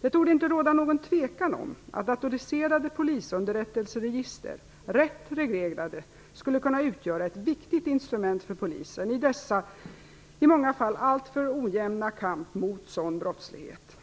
Det torde inte råda någon tvekan om att datoriserade polisunderrättelseregister, rätt reglerade, skulle kunna utgöra ett viktigt instrument för polisen i dess i många fall alltför ojämna kamp mot sådan brottslighet.